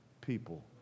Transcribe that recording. people